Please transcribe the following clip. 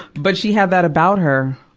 but she had that about her.